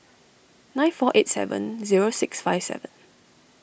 nine four eight seven zero six five seven